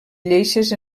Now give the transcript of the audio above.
lleixes